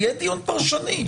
יהיה דיון פרשני.